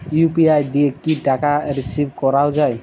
UPI দিয়ে কি টাকা রিসিভ করাও য়ায়?